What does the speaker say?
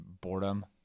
boredom